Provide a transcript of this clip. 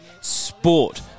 sport